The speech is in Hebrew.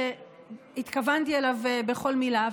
שהתכוונתי אליו בכל מילה,